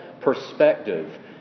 perspective